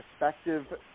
respective